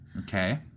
Okay